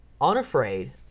unafraid